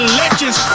legends